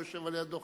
היושב לידו,